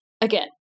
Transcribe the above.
again